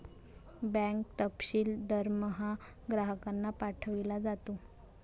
bank तपशील दरमहा ग्राहकांना पाठविला जातो